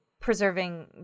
preserving